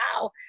wow